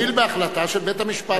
זה התחיל בהחלטה של בית-המשפט העליון,